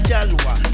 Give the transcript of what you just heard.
Jalwa